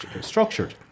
structured